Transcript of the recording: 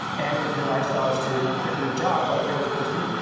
and if your lifestyle is to quit your job, like yours, kirsty,